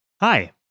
Hi